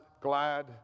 glad